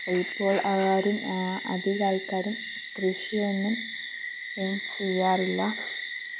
ഇപ്പോൾ ആരും അധികം ആൾക്കാരും കൃഷിയൊന്നും ചെയ്യാറില്ല